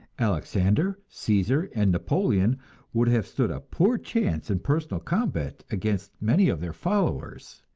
alexander, caesar and napoleon would have stood a poor chance in personal combat against many of their followers.